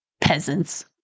Peasants